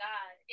God